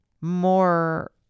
more